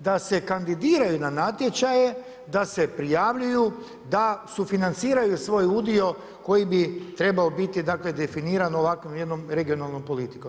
da se kandidiraju na natječaje, da se prijavljuju, da sufinanciraju svoj udio koji bi trebao biti dakle definiran ovakvom jednom regionalnom politikom.